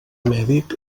mèdic